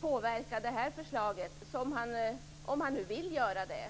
påverka förslaget, om han nu vill göra det.